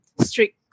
strict